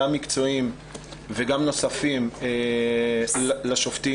גם מקצועיים וגם נוספים, לשופטים.